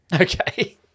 Okay